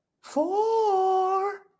Four